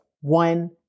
one